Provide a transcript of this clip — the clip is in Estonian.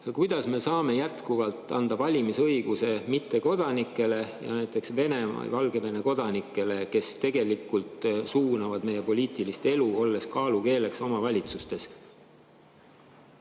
kuidas me saame jätkuvalt anda valimisõiguse mittekodanikele, näiteks Venemaa ja Valgevene kodanikele, kes tegelikult suunavad meie poliitilist elu, olles kaalukeeleks omavalitsustes?